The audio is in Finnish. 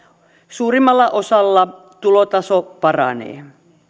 suurimmalla osalla tulotaso paranee